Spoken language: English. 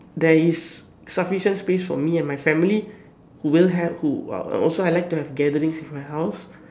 there is sufficient space for me and my family will have who will have who uh also I would like to have gatherings at my house